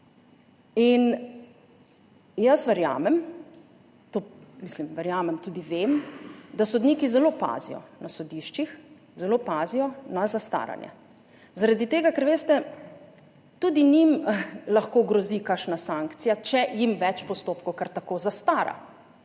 ali kakorkoli. Verjamem, tudi vem, da sodniki zelo pazijo na sodiščih, zelo pazijo na zastaranje. Zaradi tega ker, veste, tudi njim lahko grozi kakšna sankcija, če jim več postopkov kar tako zastara.